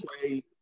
play